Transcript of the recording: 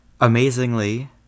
amazingly